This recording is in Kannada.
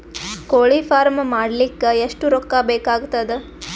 ಕೋಳಿ ಫಾರ್ಮ್ ಮಾಡಲಿಕ್ಕ ಎಷ್ಟು ರೊಕ್ಕಾ ಬೇಕಾಗತದ?